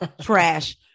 trash